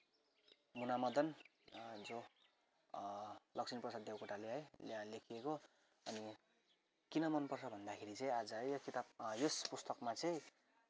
मुनामदन जो लक्ष्मीप्रसाद देवकोटाले है लेखिएको अनि किन मनपर्छ भन्दाखेरि चाहिँ आज है यो किताब यस पुस्तकमा चाहिँ